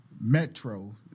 Metro